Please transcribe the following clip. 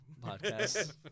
podcast